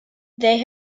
they